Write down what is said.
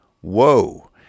Whoa